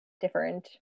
different